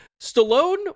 Stallone